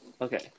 Okay